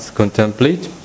contemplate